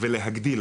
ולהגדיל